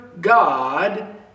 God